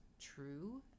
true